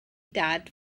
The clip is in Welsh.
dad